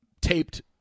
taped